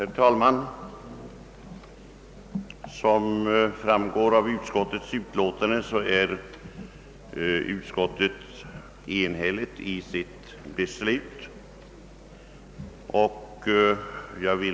Herr talman! Såsom framgår av utskottets utlåtande är utskottet enhälligt i sitt beslut.